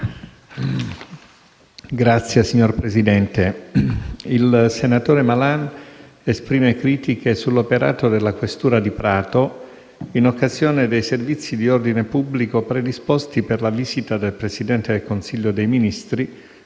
Signor Presidente, il senatore Malan esprime critiche sull'operato della questura di Prato in occasione dei servizi di ordine pubblico predisposti per la visita del Presidente del Consiglio dei ministri